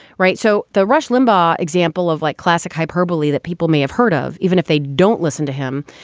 right. so the rush limbaugh example of like classic hyperbole that people may have heard of even if they don't listen to him,